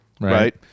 right